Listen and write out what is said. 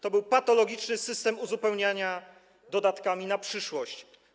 To był patologiczny system uzupełniania dodatkami na przyszłość.